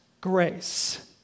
grace